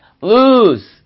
lose